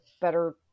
better